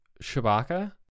Shabaka